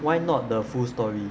why not the full story